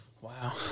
Wow